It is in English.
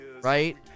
right